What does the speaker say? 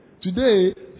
today